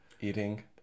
Eating